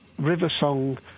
Riversong